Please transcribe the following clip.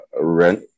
rent